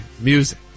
music